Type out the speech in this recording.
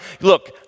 look